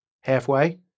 Halfway